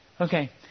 Okay